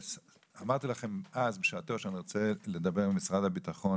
אמרתי לכם אז בשעתו שאני רוצה לדבר עם משרד הביטחון